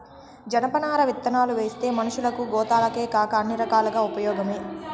జనపనార విత్తనాలువేస్తే మనషులకు, గోతాలకేకాక అన్ని రకాలుగా ఉపయోగమే